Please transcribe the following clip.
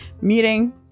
meeting